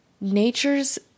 nature's